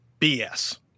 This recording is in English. BS